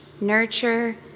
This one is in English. nurture